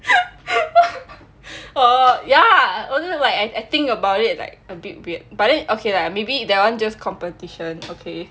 oh ya I think about it like a bit weird but then okay lah maybe that one just competition okay